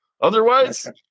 Otherwise